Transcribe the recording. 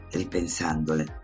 ripensandole